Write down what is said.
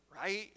right